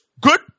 good